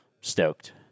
stoked